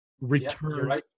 return